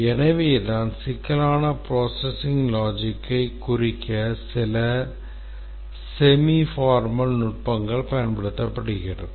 எனவேதான் சிக்கலான processing logicஐ குறிக்க சில semiformal நுட்பங்கள் பயன்படுத்தப்படுகிறது